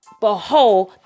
behold